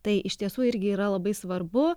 tai iš tiesų irgi yra labai svarbu